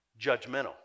judgmental